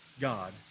God